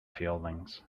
feelings